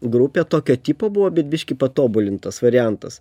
grupė tokio tipo buvo bet biškį patobulintas variantas